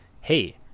hey